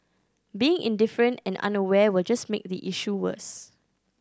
being indifferent and unaware will just make the issue worse